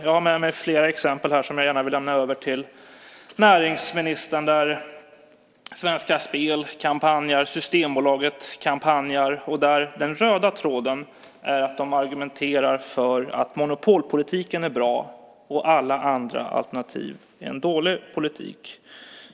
Jag har med mig flera exempel, som jag gärna vill lämna över till näringsministern, på hur Svenska Spel och Systembolaget kampanjar. Den röda tråden är att de argumenterar för att monopolpolitiken är bra och att alla andra alternativ är dålig politik.